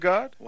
God